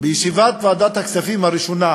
בישיבת ועדת הכספים הראשונה